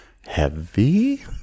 heavy